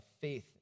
faith